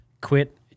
Quit